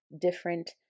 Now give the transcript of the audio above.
different